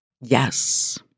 Yes